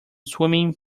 swimming